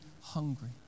hungry